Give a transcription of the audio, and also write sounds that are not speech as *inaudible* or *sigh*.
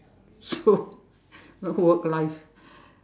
so *laughs* no work life